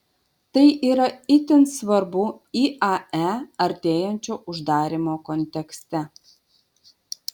tai yra itin svarbu iae artėjančio uždarymo kontekste